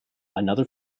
another